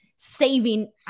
saving